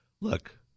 Look